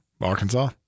Arkansas